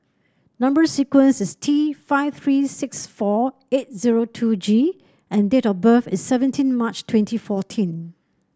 number sequence is T five three six four eight zero two G and date of birth is seventeen March twenty fourteen